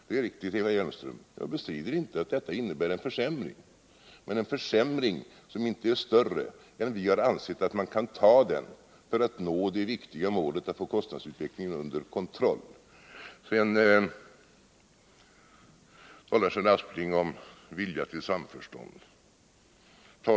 Jag bestrider inte, Eva Hjelmström, att detta innebär en försämring, men en försämring som inte är större än att vi har ansett att man kan ta den för att nå det viktiga målet att få kostnadsutvecklingen under kontroll. Sedan talade Sven Aspling om vilja till samförstånd.